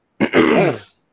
Yes